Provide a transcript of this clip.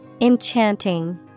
Enchanting